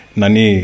nani